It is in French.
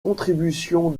contributions